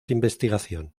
investigación